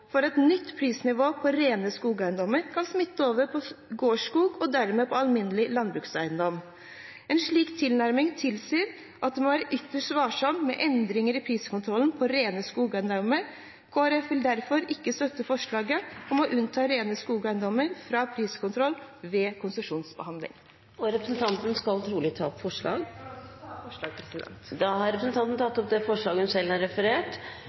at et nytt prisnivå for rene skogeiendommer kan smitte over på gårdsskog, og dermed på alminnelig landbrukseiendom. En slik tilnærming tilsier at man må være ytterst varsom med endringer i priskontrollen på rene skogeiendommer. Kristelig Folkeparti vil derfor ikke støtte forslaget om å unnta rene skogeiendommer fra priskontroll ved konsesjonsbehandling. Representanten skal trolig ta opp forslag. Ja, jeg tar opp forslag nr. 6. Da har representanten Line Henriette Hjemdal tatt opp det forslaget hun